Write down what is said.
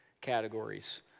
categories